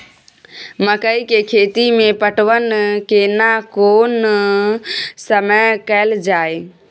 मकई के खेती मे पटवन केना कोन समय कैल जाय?